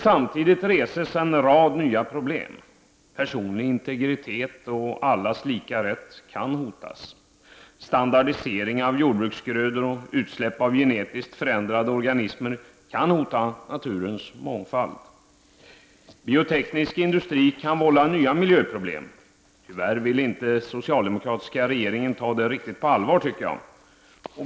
Samtidigt reses en rad nya problem: personlig integritet och allas lika rätt kan hotas. Standardisering av jordbruksgrödor och utsläpp av genetiskt förändrade organismer kan hota naturens mångfald. Bioteknisk industri kan vålla nya miljöproblem. Tyvärr vill inte den socialdemokratiska regeringen ta det riktigt på allvar, tycker jag.